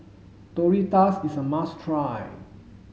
tortillas is a must try